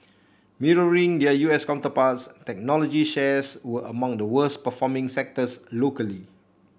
mirroring their U S counterparts technology shares were among the worst performing sectors locally